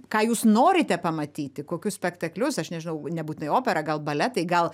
ką jūs norite pamatyti kokius spektaklius aš nežinau nebūtinai operą gal baletai gal